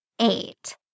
eight